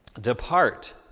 Depart